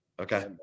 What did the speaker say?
okay